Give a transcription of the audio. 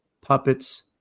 puppets